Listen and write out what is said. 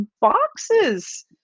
boxes